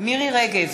מירי רגב,